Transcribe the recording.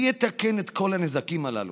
מי יתקן את כל הנזקים הללו?